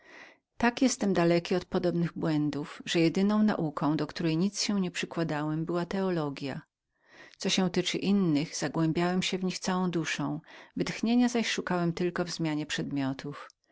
tak jestem dalekim od podobnych błędów że nawet nauką do której prawie nic się nie przykładałem była teologia co się tyczy innych zagłębiałem się w nich całą duszą wytchnienia zaś szukałem tylko wzmianie przedmiotów